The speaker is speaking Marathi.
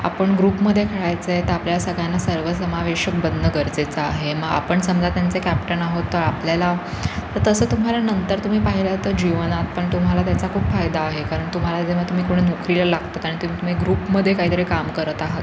आपण ग्रुपमध्ये खेळायचं आहे तर आपल्या सगळ्यांना सर्वसमावेशक बनणं गरजेचं आहे मग आपण समजा त्यांचे कॅप्टन आहोत तर आपल्याला तर तसं तुम्हाला नंतर तुम्ही पाहिलं तर जीवनात पण तुम्हाला त्याचा खूप फायदा आहे कारण तुम्हाला जेव्हा तुम्ही कोणी नोकरीला लागता आणि तुम्ही तुम्ही ग्रुपमध्ये काही तरी काम करत आहात